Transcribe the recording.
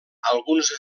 alguns